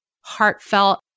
heartfelt